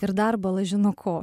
ir dar bala žino ko